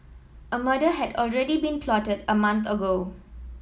a murder had already been plotted a month ago